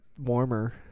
warmer